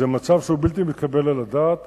זה מצב בלתי מתקבל על הדעת.